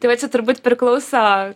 tai va čia turbūt priklauso